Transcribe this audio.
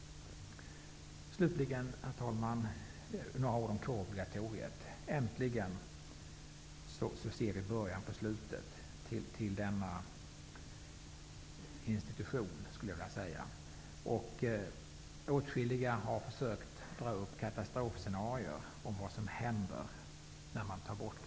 Slutligen vill jag ta upp frågan om kårobligatoriet. Äntligen kan vi se början på slutet till denna institution. Åtskilliga har försökt att måla upp katastrofscenarion om vad som händer när kårobligatoriet tas bort.